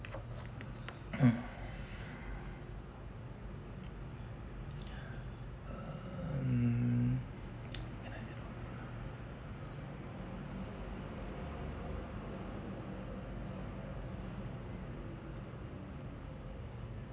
um